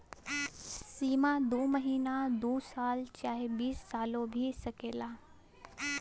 सीमा दू महीना दू साल चाहे बीस सालो भी सकेला